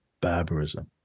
barbarism